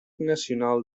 nacional